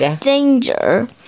Danger